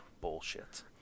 bullshit